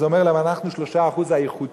אז הוא אומר: אבל אנחנו 3% האיכותיים.